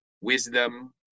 wisdom